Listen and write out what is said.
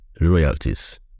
royalties